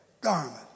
garment